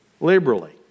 liberally